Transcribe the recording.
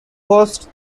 hosts